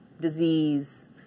disease